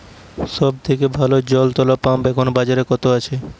সব থেকে ভালো জল তোলা পাম্প এখন বাজারে কত আছে?